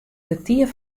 kertier